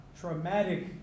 traumatic